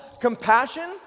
compassion